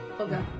okay